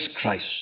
Christ